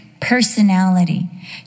personality